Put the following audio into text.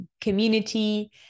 community